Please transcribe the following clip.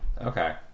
Okay